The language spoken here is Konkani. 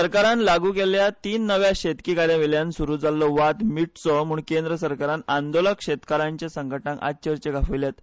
सरकारान लागू केल्ल्या तीन नव्या शेतकी कायद्या वयल्यान सुरू जाल्लो मिटचो म्हूण केंद्र सरकारान आंदोलक शेतकारांच्या संघटणांक आयज चर्चेक आपयल्यात